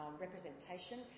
representation